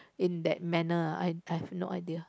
in that manner I I have no idea